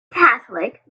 catholic